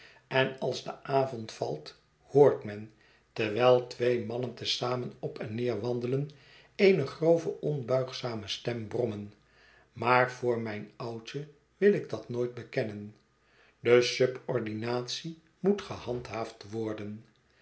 en als de avond valt hoort men terwijl twee mannen te zamen op en neer wandelen eene grove onbuigzame stem brommen maar voor mijn oudje wil ik dat nooit bekennen de subordinatie moet gehandhaafd worden